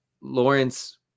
Lawrence